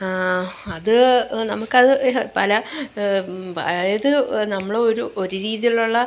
അത് നമുക്കത് പല മുമ്പ് അതായത് നമ്മളൊരു ഒരു രീതിയിലുള്ള